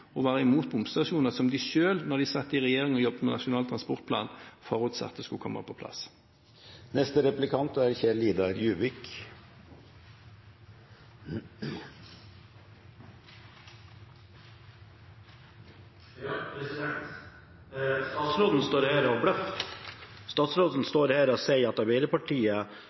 å være imot bomstasjoner som de selv, da de satt i regjering og jobbet med Nasjonal transportplan, forutsatte skulle komme på plass. Statsråden står her og bløffer. Statsråden står her og sier at Arbeiderpartiet